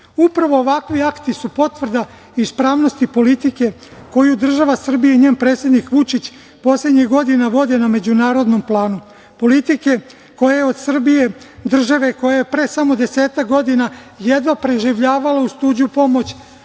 ovakvi kati su potvrda ispravnosti politike koju vodi država Srbije i njen predsednik Vučić poslednjih godina vode na međunarodnom planu. Politike koja je od Srbije države koja je pre samo desetak godina jedva preživljavala uz tuđu pomoć